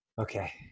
Okay